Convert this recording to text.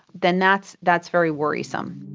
then that's that's very worrisome.